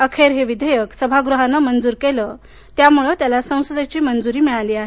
अखेर हे विधेयक सभागृहानं मंजूर केलं त्यामुळं त्याला संसदेची मंजूरी मिळाली आहे